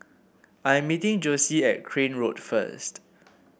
I'm meeting Jossie at Crane Road first